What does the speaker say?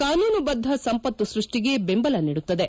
ಕಾನೂನುಬದ್ದ ಸಂಪತ್ತು ಸೃಷ್ಷಿಗೆ ದೆಂಬಲ ನೀಡುತ್ತದೆ